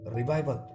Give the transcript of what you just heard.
revival